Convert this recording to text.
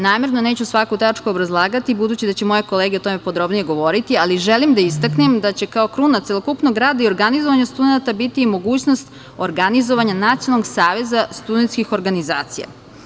Namerno neću svaku tačku obrazlagati, budući da će moje kolege o tome podrobnije odgovoriti, ali želim da istaknem da će kao kruna celokupnog rada i organizovanju studenata biti mogućnost organizovanja nacionalnog saveza studentskih organizacija.